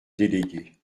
délégué